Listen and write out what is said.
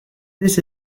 this